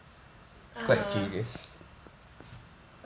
err